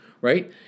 right